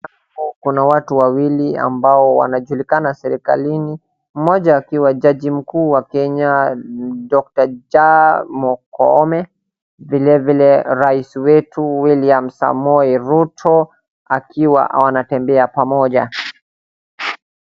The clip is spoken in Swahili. Hapo kuna watu wawili ambao wanajulikana serikalini, mmoja akiwa jaji mkuu wa kenya Dr Ja Koome, vile vile rais wetu William Samoei Ruto akiwa wanatembea pamoja.